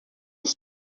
ich